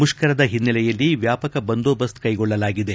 ಮುಷ್ತರದ ಹಿನ್ನೆಲೆಯಲ್ಲಿ ವ್ಯಾಪಕ ಬಂದೋಬಸ್ತ್ ಕೈಗೊಳ್ಳಲಾಗಿದೆ